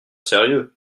sérieux